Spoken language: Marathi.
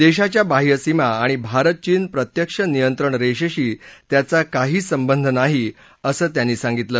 देशाच्या बाह्यसीमा आणि भारत चीन प्रत्यक्ष नियंत्रण रेषेशी त्याचा काही संबंध नाही असं त्यांनी सांगितलं